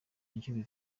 icyo